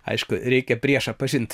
aišku reikia priešą pažint